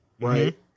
right